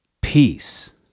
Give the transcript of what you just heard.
peace